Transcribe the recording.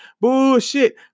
bullshit